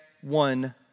one